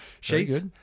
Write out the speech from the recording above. Sheets